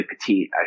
petite